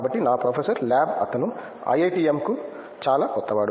కాబట్టి నా professor lab అతను ఐఐటిఎమ్కు చాలా కొత్తవాడు